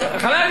הם קלקלו,